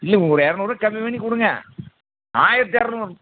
இல்லைங்க ஒரு இரநூறுவா கம்மி பண்ணி கொடுங்க ஆயிரத்தி இரநூறு